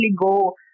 go